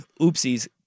Oopsies